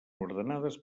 ordenades